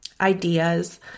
ideas